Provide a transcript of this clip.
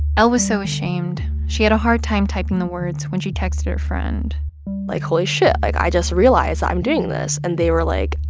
l was so ashamed, she had a hard time typing the words when she texted her friend l like, holy shit, like, i just realized i'm doing this. and they were like,